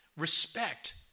respect